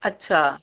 अच्छा